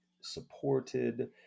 supported